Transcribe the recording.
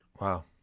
wow